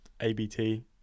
ABT